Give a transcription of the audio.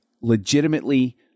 legitimately